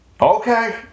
okay